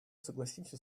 согласимся